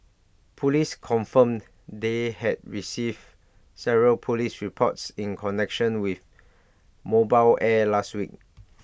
Police confirmed they had received several Police reports in connection with mobile air last week